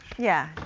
yeah,